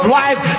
life